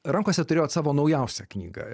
rankose turėjot savo naujausią knygą